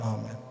Amen